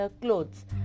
clothes